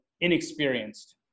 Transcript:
inexperienced